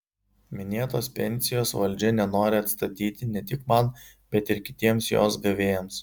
minėtos pensijos valdžia nenori atstatyti ne tik man bet ir kitiems jos gavėjams